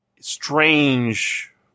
strange